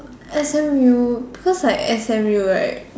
S_M_U cause like S_M_U right